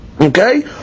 Okay